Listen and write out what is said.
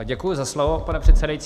Děkuji za slovo, pane předsedající.